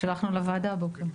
שלחנו לוועדה הבוקר.